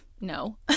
no